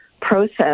process